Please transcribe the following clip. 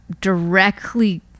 directly